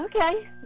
Okay